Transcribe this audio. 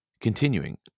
Continuing